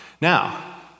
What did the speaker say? Now